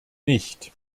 nicht